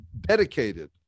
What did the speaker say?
dedicated